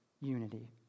unity